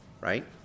right